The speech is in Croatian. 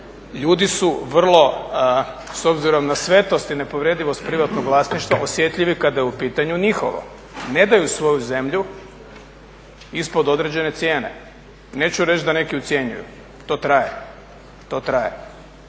Ljudi su vrlo s obzirom na svetost i nepovredivost privatnog vlasništva osjetljivi kada je u pitanju njihovo, ne daju svoju zemlju ispod određene cijene. Neću reći da neki ucjenjuju, to traje. To znate